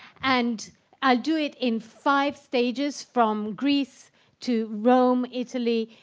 and i'll do it in five stages from greece to rome, italy,